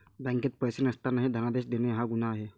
बँकेत पैसे नसतानाही धनादेश देणे हा गुन्हा आहे